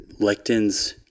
lectins